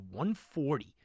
140